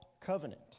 covenant